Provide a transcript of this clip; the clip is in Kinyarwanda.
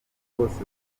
bose